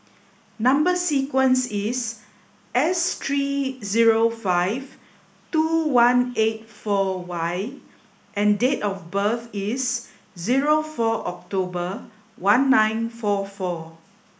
number sequence is S three zero five two one eight four Y and date of birth is zero four October one nine four four